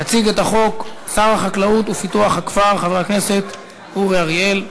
יציג את החוק שר החקלאות ופיתוח הכפר חבר הכנסת אורי אריאל.